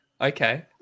Okay